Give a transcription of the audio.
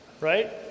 right